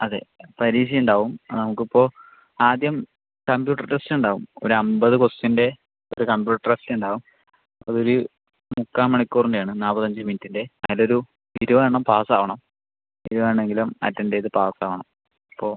അതെ പരീക്ഷ ഉണ്ടാകും നമുക്ക് ഇപ്പോൾ ആദ്യം കമ്പ്യൂട്ടർ ടെസ്റ്റ് ഉണ്ടാകും ഒര് അമ്പത് ക്വസ്റ്റ്യൻ്റെ ഒര് കമ്പ്യൂട്ടർ ടെസ്റ്റ് ഉണ്ടാകും അത് ഒര് മുക്കാ മണിക്കൂറിൻ്റെ ആണ് നാപ്പത്തഞ്ച് മിനിറ്റിൻ്റെ അതിൽ ഒരു ഇരുപത് എണ്ണം പാസ് ആവണം ഇരുപത് എണ്ണം എങ്കിലും അറ്റൻഡ് ചെയ്ത് പാസ് ആവണം അപ്പോൾ